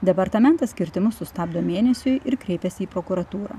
departamentas kirtimus sustabdo mėnesiui ir kreipėsi į prokuratūrą